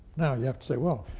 now, you have to say, well,